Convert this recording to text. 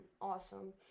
awesome